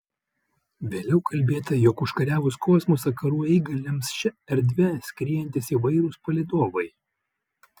vėliau kalbėta jog užkariavus kosmosą karų eigą lems šia erdve skriejantys įvairūs palydovai